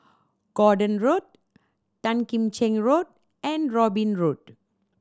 Gordon Road Tan Kim Cheng Road and Robin Road